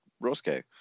Roscoe